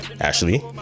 ashley